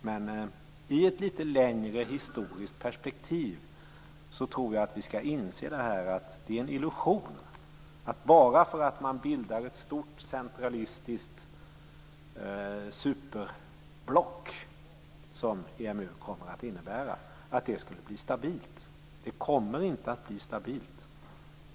Men i ett litet längre historiskt perspektiv skall vi inse att det är en illusion att tro att det, bara därför att man bildar ett stort centralistiskt superblock som EMU, skulle bli stabilt. Det kommer inte att bli stabilt.